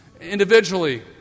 individually